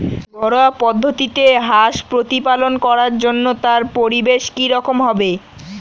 ঘরোয়া পদ্ধতিতে হাঁস প্রতিপালন করার জন্য তার পরিবেশ কী রকম হবে?